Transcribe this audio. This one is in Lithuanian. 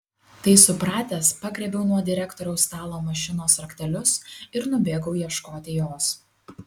tai supratęs pagriebiau nuo direktoriaus stalo mašinos raktelius ir nubėgau ieškoti jos